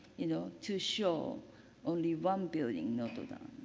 you know, to show only one building, notre dame.